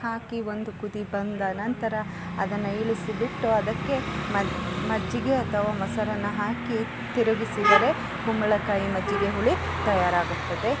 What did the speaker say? ಹಾಕಿ ಒಂದು ಕುದಿ ಬಂದ ನಂತರ ಅದನ್ನು ಇಳಿಸಿ ಬಿಟ್ಟು ಅದಕ್ಕೆ ಮಜ್ಜಿಗೆ ಅಥವಾ ಮೊಸರನ್ನ ಹಾಕಿ ತಿರುಗಿಸಿದರೆ ಕುಂಬಳ ಕಾಯಿ ಮಜ್ಜಿಗೆ ಹುಳಿ ತಯಾರಾಗುತ್ತದೆ